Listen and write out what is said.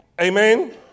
amen